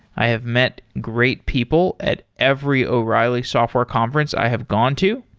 i have met great people at every o'reilly software conference i have gone to,